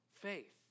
faith